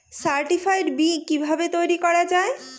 Certified B কিভাবে তৈরি করা যায়?